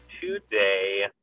today